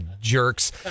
jerks